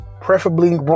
preferably